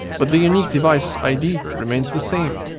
but the unique device's id remains the same.